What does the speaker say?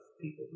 people